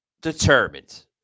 determined